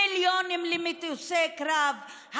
המיליונים למטוסי קרב,